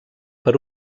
per